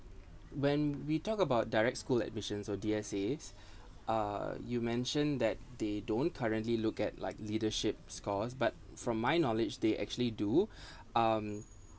when we talk about direct school admission or D_S_A uh you mentioned that they don't currently look at like leadership scores but from my knowledge they actually do um